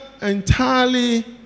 entirely